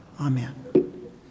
Amen